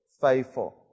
Faithful